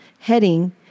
heading